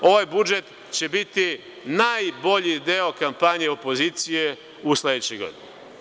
Ovaj budžet će biti najbolji deo kampanje opozicije u sledećoj godini.